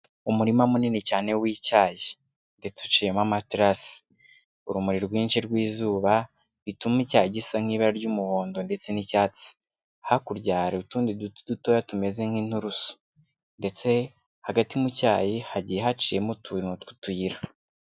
Umurima munini cyane w'icyayi. Ndetse uciyemo amaterasi. Urumuri rwinshi rw'izuba, bituma icyayi gisa nk'ibara ry'umuhondo ndetse n'icyatsi. Hakurya hari utundi duti dutoya tumeze nk'inturusu. Ndetse, hagati mu cyayi, hagiye haciyemo utuntu twuyira.